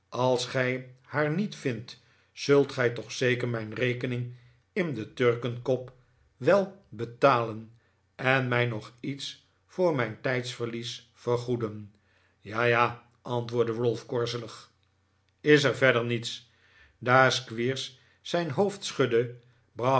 als gij haar niet vindt zult gij toch zeker mijn rekening in de turkenkop wel betalen en mij nog iets voor mijn tijdsverlies vergoeden ja ja antwoordde ralph korzelig is er verder niets daar squeers zijn hoofd schudde